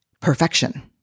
perfection